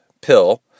pill